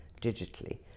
digitally